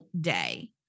day